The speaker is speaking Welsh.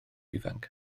ifanc